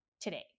today